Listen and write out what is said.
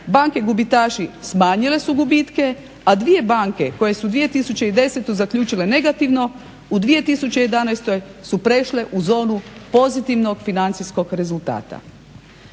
banke gubitaši smanjile su gubitke, a dvije banke koje su 2010. zaključile negativno u 2011. su prešle u zonu pozitivnog financijskog rezultata.